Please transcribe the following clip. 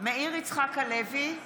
מאיר יצחק הלוי,